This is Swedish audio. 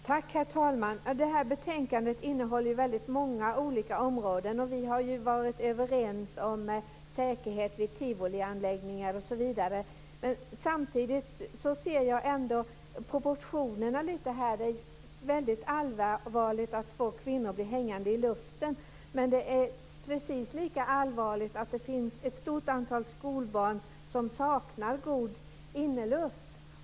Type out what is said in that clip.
Herr talman! Det här betänkandet innehåller väldigt många olika områden. Vi har varit överens om säkerhet vid tivolianläggningar osv. Samtidigt ser jag lite av proportionerna mellan de olika frågorna. Det är väldigt allvarligt att två kvinnor blir hängande i luften, men det är precis lika allvarligt att det finns ett stort antal skolbarn som saknar god inneluft.